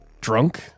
drunk